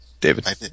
David